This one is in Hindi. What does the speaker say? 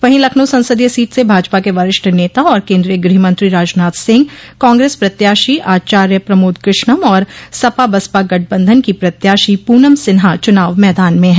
वहीं लखनऊ संसदीय सीट से भाजपा के वरिष्ठ नेता और केन्द्रीय गृहमंत्री राजनाथ सिंह कांग्रेस प्रत्याशी आचार्य प्रमोद कृष्णम और सपा बसपा गठबंधन की प्रत्याशी प्रनम सिन्हा चुनाव मैदान में हैं